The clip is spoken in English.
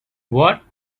what